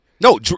No